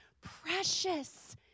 precious